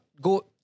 go